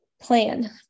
plan